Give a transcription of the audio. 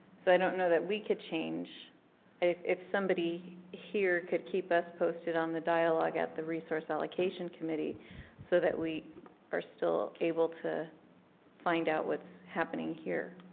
so i don't know that we could change and if if somebody here could keep us posted on the dialogue at the resource allocation committee so that we are still able to find out what's happening here.